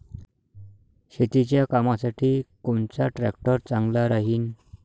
शेतीच्या कामासाठी कोनचा ट्रॅक्टर चांगला राहीन?